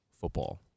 football